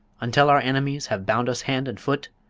until our enemies have bound us hand and foot?